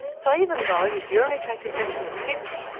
so even though his urinary tract infection was fixed,